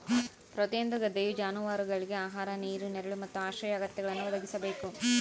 ಪ್ರತಿಯೊಂದು ಗದ್ದೆಯು ಜಾನುವಾರುಗುಳ್ಗೆ ಆಹಾರ ನೀರು ನೆರಳು ಮತ್ತು ಆಶ್ರಯ ಅಗತ್ಯಗಳನ್ನು ಒದಗಿಸಬೇಕು